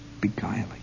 beguiling